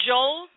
Joel